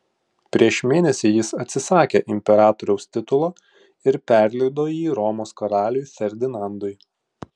prieš mėnesį jis atsisakė imperatoriaus titulo ir perleido jį romos karaliui ferdinandui